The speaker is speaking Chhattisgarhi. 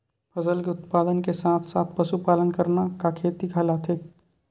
फसल के उत्पादन के साथ साथ पशुपालन करना का खेती कहलाथे?